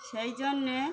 সেই জন্যে